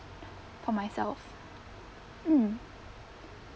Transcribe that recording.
for myself mm